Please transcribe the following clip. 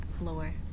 lower